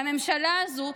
והממשלה הזו,